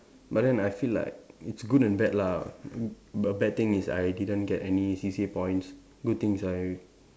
but then I feel like it's good and bad lah b~ bad thing is I didn't get any C_C_A points good thing is I